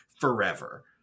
Forever